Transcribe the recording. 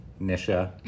Nisha